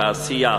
תעשייה,